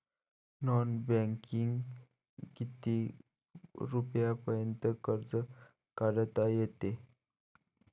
Non बँकिंगनं किती रुपयापर्यंत कर्ज काढता येते?